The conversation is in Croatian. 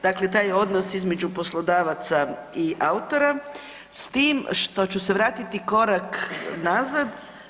Dakle, taj odnos između poslodavaca i autora s tim što ću se vratiti korak nazad.